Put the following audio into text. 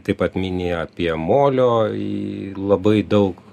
taip pat mini apie molio į labai daug